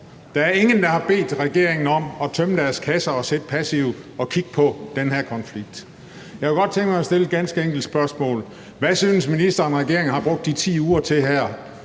Der er ingen, der har bedt regeringen om at tømme deres kasser og sidde passive og kigge på den her konflikt. Jeg kunne godt tænke mig at stille et ganske enkelt spørgsmål: Hvad synes ministeren regeringen har brugt de 10 uger til her